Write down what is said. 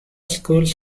schools